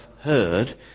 heard